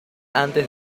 antes